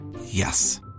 Yes